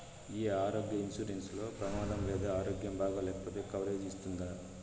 ఈ ఆరోగ్య ఇన్సూరెన్సు లో ప్రమాదం లేదా ఆరోగ్యం బాగాలేకపొతే కవరేజ్ ఇస్తుందా?